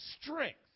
strength